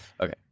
okay